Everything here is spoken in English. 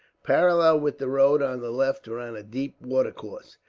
parallel with the road on the left ran a deep watercourse,